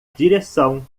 direção